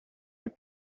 for